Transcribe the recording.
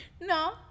No